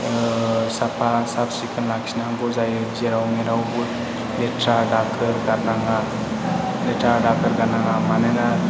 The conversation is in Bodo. साफा साब सिखोन लाखिनांगौ जायो जेराव मेरावबो लेथ्रा दाखोर गारनाङा लेथ्रा दाखोर गारनाङा